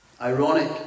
Ironic